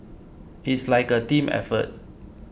it's like a team effort